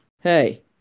Hey